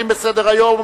נמנעים.